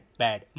bad